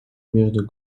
между